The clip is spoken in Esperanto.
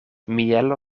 mielo